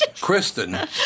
Kristen